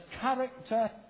character